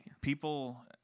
People